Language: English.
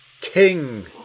King